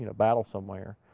and battle somewhere.